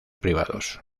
privados